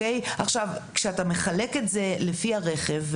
כשאתה מחלק את זה לפי הרכב,